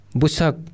busak